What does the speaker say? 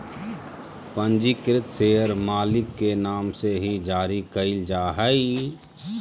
पंजीकृत शेयर मालिक के नाम से ही जारी क़इल जा हइ